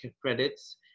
credits